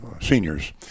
seniors